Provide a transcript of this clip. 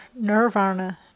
nirvana